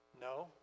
No